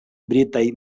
britaj